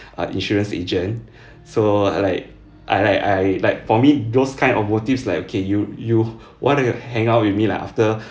uh insurance agent so like I like I like for me those kind of motives like okay you you wanted to hang out with me like after